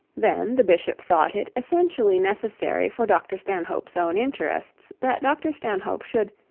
then the bishop thought it essentially necessary for dr stanhope's own interests, that dr stanhope should,